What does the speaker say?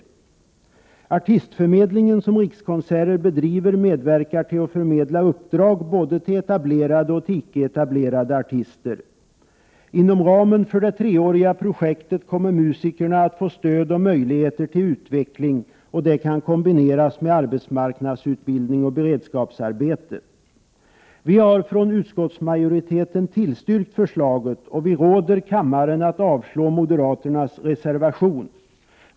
Den artistförmedling som Rikskonserter bedriver medverkar till att förmedla uppdrag både till etablerade och till icke etablerade artister. Inom ramen för det treåriga projektet kommer musikerna att få stöd och möjligheter till utveckling, och det kan kombineras med arbetsmarknadsutbildning och beredskapsarbete. Utskottsmajoriteten har tillstyrkt förslaget, och vi råder kammaren att avslå moderaternas reservation.